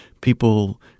people